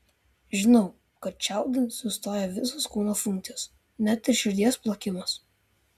žinau kad čiaudint sustoja visos kūno funkcijos net ir širdies plakimas